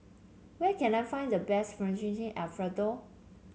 where can I find the best Fettuccine Alfredo